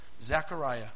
Zechariah